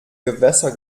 gewässer